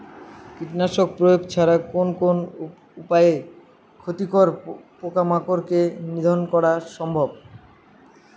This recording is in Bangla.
কীটনাশক প্রয়োগ ছাড়া কোন কোন উপায়ে ক্ষতিকর পোকামাকড় কে নিধন করা সম্ভব?